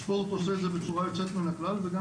ספורט עושה את זה בצורה יוצאת מן הכלל וגם